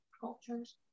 cultures